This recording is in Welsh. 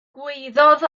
gwaeddodd